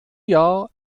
jahr